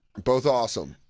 both awesome.